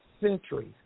centuries